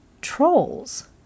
trolls